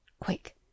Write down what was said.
Quick